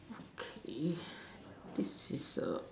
okay this is a